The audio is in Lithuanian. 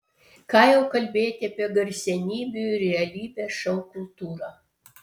ką jau kalbėti apie garsenybių ir realybės šou kultūrą